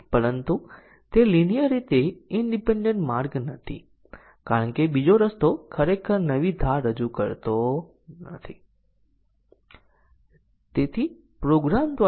હવે ચાલો જોઈએ કે MCDC ટેસ્ટીંગ માં શું સામેલ છે આપણે આ માટે ટેસ્ટીંગ ના કેસોની રચના કેવી રીતે કરીએ કેટલા ટેસ્ટીંગ કેસ છે